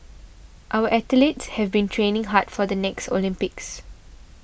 our athletes have been training hard for the next Olympics